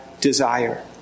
desire